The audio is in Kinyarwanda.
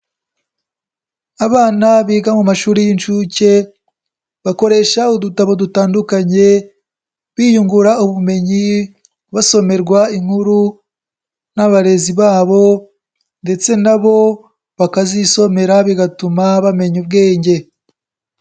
Abana biga mu mashuri y'inshuke, bakoresha udutabo dutandukanye, biyungura ubumenyi, basomerwa inkuru n'abarezi babo ndetse na bo bakazisomera bigatuma bamenya ubwenge.